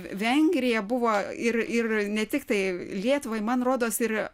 vengrija buvo ir ir ne tiktai lietuvai man rodos ir